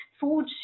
food